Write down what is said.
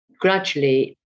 gradually